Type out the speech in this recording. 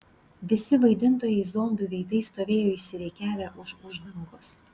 visi vaidintojai zombių veidais stovėjo išsirikiavę už uždangos